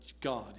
God